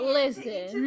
listen